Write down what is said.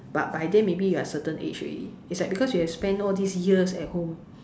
but by then maybe you are certain age already is like because you have spend all these years at home